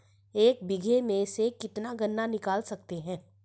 एक बीघे में से कितना गन्ना निकाल सकते हैं?